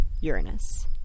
uranus